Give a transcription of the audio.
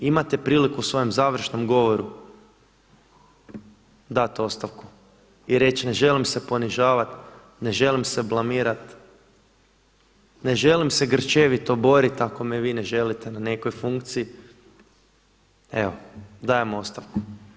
Imate priliku u svojem završnom govoru dat ostavku i reći ne želim se ponižavat, ne želim se blamirat, ne želim se grčevito borit ako me vi ne želite na nekoj funkciji, evo dajem ostavku.